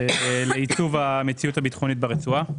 לייצוב המציאות הביטחונית ברצועה.